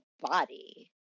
body